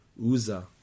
Uza